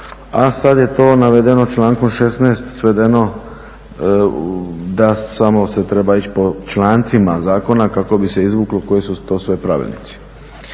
a sad je to navedeno člankom 16., svedeno da samo treba se ići po člancima zakona kako bi se izvuklo koji su to sve pravilnici.